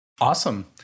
Awesome